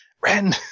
Ren